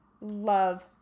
love